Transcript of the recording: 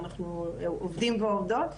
עובדים ועובדות.